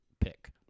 pick